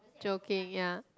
joking ya